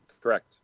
Correct